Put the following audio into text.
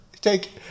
Take